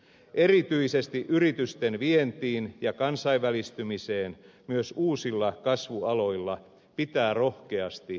erityisesti yritysten vientiin ja kansainvälistymiseen myös uusilla kasvualoilla pitää rohkeasti panostaa